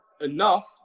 enough